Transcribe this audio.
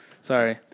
Sorry